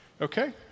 Okay